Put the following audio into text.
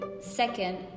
Second